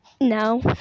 No